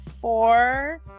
four